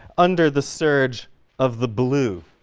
under the surge of the blue.